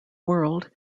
world